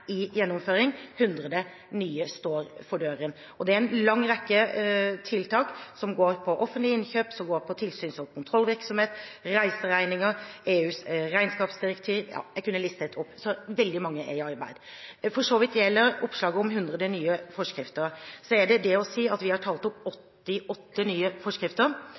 en lang rekke tiltak, som går på offentlige innkjøp, tilsyns- og kontrollvirksomhet, reiseregninger, EUs regnskapsdirektiv – jeg kunne listet opp. Veldig mange er under arbeid. Når det gjelder oppslaget om 100 nye forskrifter, er det det å si at vi har talt opp 88 nye forskrifter